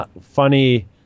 funny